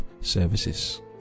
services